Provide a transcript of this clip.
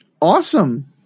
Awesome